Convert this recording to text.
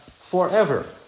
forever